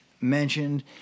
mentioned